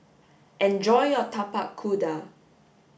enjoy your Tapak Kuda